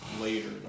later